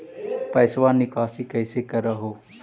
पैसवा निकासी कैसे कर हो?